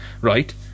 right